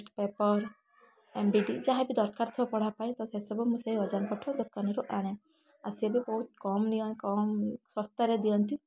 test paper M B D ଯାହା ବି ଦରକାର ଥିବ ପଢ଼ା ପାଇଁ ତ ସେ ସବୁ ମୁଁ ସେ ଅଜାଙ୍କଠୁ ଦୋକାନରୁ ଆଣେ ସେ ବି ବହୁତ କମ୍ ନିଅ କମ୍ ଶସ୍ତାରେ ଦିଅନ୍ତି